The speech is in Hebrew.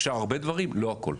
אפשר הרבה דברים, לא הכול,